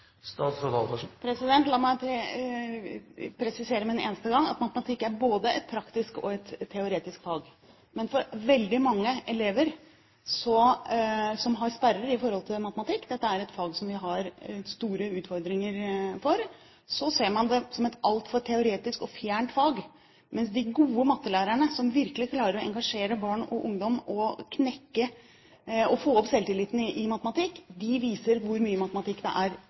La meg presisere med en eneste gang at matematikk er både et praktisk og et teoretisk fag. Men veldig mange elever som har sperrer i forhold til matematikk – dette er et fag der vi har store utfordringer – ser det som et altfor teoretisk og fjernt fag. De gode mattelærerne, som virkelig klarer å engasjere barn og ungdom og få opp selvtilliten deres i matematikk, starter med å vise hvor mye matematikk det er